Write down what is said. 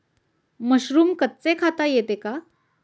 Mushroom कच्चे खाता येते का?